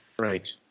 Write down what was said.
Right